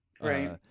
Right